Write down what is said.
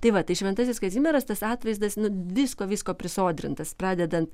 tai va tai šventasis kazimieras tas atvaizdas nu visko visko prisodrintas pradedant